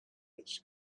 its